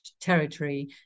territory